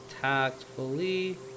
tactfully